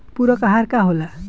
पुरक अहार का होला?